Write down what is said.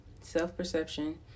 self-perception